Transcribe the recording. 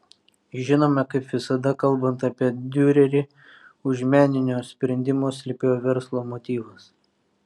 žinoma kaip visada kalbant apie diurerį už meninio sprendimo slypėjo verslo motyvas